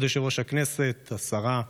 כבוד היושב-ראש, השרה,